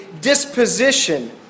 disposition